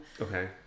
Okay